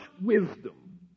wisdom